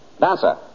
Dancer